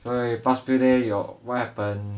所以 past day your what happen